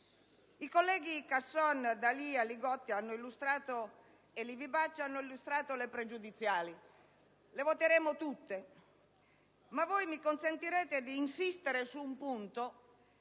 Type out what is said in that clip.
I colleghi Casson, D'Alia, Li Gotti e Livi Bacci hanno illustrato alcune questioni pregiudiziali. Le voteremo tutte, ma mi consentirete di insistere su un punto,